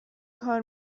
کار